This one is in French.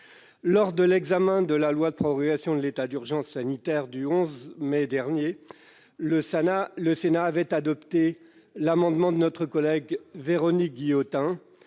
Lors de l'examen de la loi de prorogation de l'état d'urgence sanitaire du 11 mai dernier, le Sénat avait adopté l'amendement de notre collègue Véronique Guillotin,